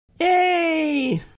Yay